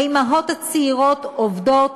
האימהות הצעירות עובדות,